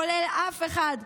כולל אף אחד,